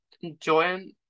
enjoying